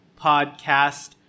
Podcast